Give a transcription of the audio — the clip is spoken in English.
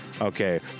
okay